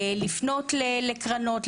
לפנות לקרנות,